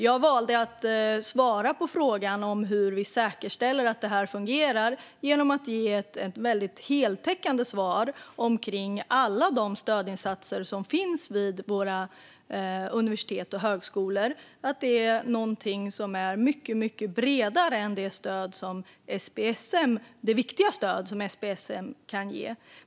Jag valde att svara på frågan om hur vi säkerställer att detta fungerar genom att ge ett väldigt heltäckande svar om alla de stödinsatser som finns vid våra universitet och högskolor. Detta är något som är mycket bredare än det viktiga stöd som SPSM kan ge.